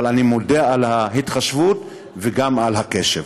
אבל אני מודה על ההתחשבות וגם על הקשב.